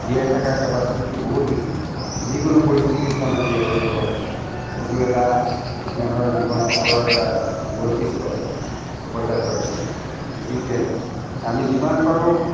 জীয়াই থকাৰ কেপাচিটিটো বহুত বেছি যিকোনো পৰিস্থিতিত সিহঁতে জীয়াই থাকিব পাৰে এইটো এটা সিহঁতৰ জীৱন চক্ৰৰ এটা বৈশিষ্ট্য পঁইতাচোৰাৰ গতিকে আমি যিমান পাৰোঁ